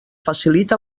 facilita